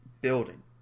building